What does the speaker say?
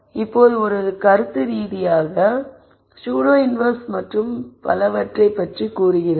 இப்போது இது கருத்துரீதியாக ஸுடோ இன்வெர்ஸ் மற்றும் பலவற்றைக் கூறுகிறது